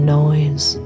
noise